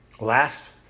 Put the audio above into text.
Last